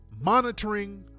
monitoring